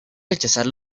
rechazar